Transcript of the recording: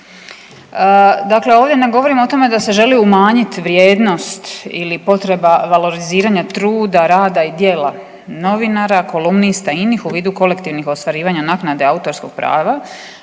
Dakle, ovdje ne govorimo o tome da se želi umanjit vrijednost ili potreba valoriziranja truda, rada i djela novinara, kolumnista i inih u vidu kolektivnih ostvarivanja naknade autorskog prava